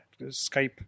Skype